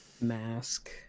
Mask